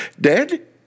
dead